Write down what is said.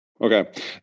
Okay